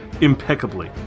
impeccably